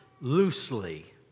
loosely